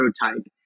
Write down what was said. prototype